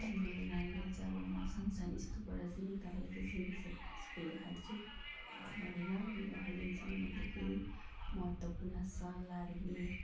मेरो नानीलाई चाहिँ अब म सनसाइन स्कुलबाट चाहिँ निकालेर चाहिँ सेन्ट जोसेफ स्कुल हाल्छु भनेर मेरो हस्बेन्डसँग मैले केही महत्त्वपूर्ण सल्लाहहरू लिएँ